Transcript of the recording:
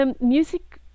Music